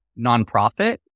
nonprofit